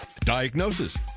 Diagnosis